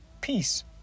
peace